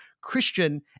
Christian